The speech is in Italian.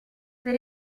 per